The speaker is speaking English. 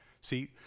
See